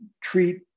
treat